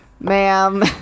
Ma'am